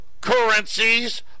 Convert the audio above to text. currencies